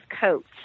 coats